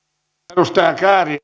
arvoisa